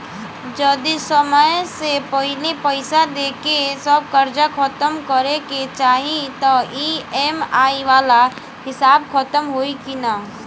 जदी समय से पहिले पईसा देके सब कर्जा खतम करे के चाही त ई.एम.आई वाला हिसाब खतम होइकी ना?